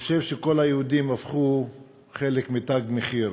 חושב שכל היהודים הפכו חלק מ"תג מחיר",